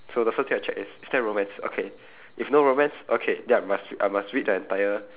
so the first thing I check is is there romance okay if no romance okay then I must I must read the entire